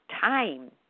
time